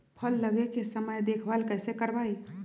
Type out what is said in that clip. फल लगे के समय देखभाल कैसे करवाई?